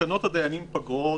תקנות הדיינים (פגרות)